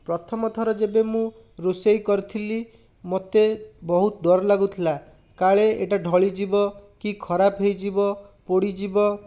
ପ୍ରଥମ ଥର ଯେବେ ମୁଁ ରୋଷେଇ କରିଥିଲି ମୋତେ ବହୁତ ଡର ଲାଗୁଥିଲା କାଳେ ଏଇଟା ଢଳିଯିବ କି ଖରାପ ହେଇଯିବ ପୋଡ଼ିଯିବ